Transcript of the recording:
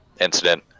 incident